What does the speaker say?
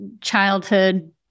childhood